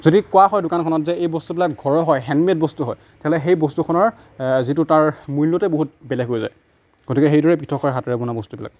যদি কোৱা হয় দোকান এখনত যে এই বস্তুবিলাক ঘৰৰ হয় হেণ্ড মেড বস্তু হয় তেনেহ'লে সেই বস্তুখনৰ যিটো তাৰ মূল্যটোৱে বহুত বেলেগ হৈ যায় গতিকে সেইটোৱে পৃথক হয় হাতেৰে বনোৱা বস্তুবিলাক